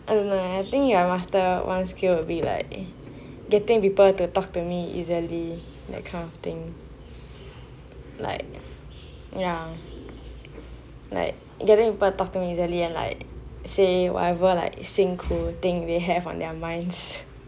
I don't know leh I think your master one skill will be like getting people to talk to me easily that kind of thing like ya like getting people talking easily and like say whatever like 幸苦 thing they have on their minds